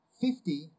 Fifty